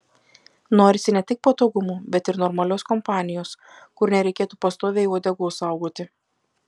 norisi ne tik patogumų bet ir normalios kompanijos kur nereikėtų pastoviai uodegos saugoti